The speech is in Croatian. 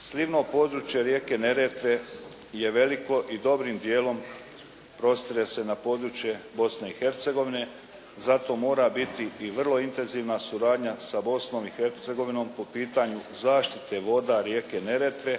Slivno područje rijeke Neretve je veliko i dobrim djelom prostire se na područje Bosne i Hercegovine. Zato mora biti i vrlo intenzivna suradnja sa Bosnom i Hercegovinom po pitanju zaštita voda rijeke Neretve